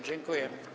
Dziękuję.